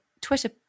Twitter